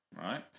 right